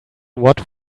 what